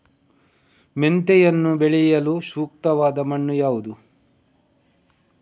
ಮೆಂತೆಯನ್ನು ಬೆಳೆಯಲು ಸೂಕ್ತವಾದ ಮಣ್ಣು ಯಾವುದು?